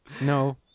No